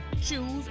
choose